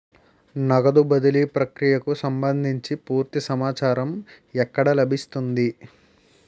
నగదు బదిలీ ప్రక్రియకు సంభందించి పూర్తి సమాచారం ఎక్కడ లభిస్తుంది?